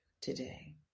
today